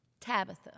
Tabitha